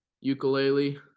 Ukulele